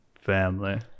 Family